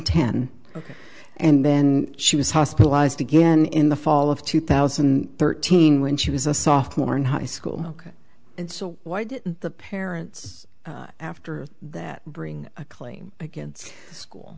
ten and then she was hospitalized again in the fall of two thousand and thirteen when she was a sophomore in high school and so why did the parents after that bring a claim against school